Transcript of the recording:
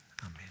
amen